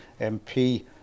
MP